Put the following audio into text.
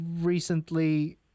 recently